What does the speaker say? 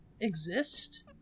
exist